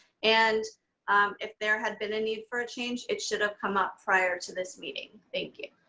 and if there had been a need for a change, it should have come up prior to this meeting. thank you.